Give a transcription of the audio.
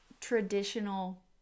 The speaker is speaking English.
traditional